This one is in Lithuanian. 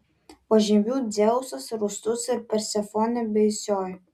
požemių dzeusas rūstus ir persefonė baisioji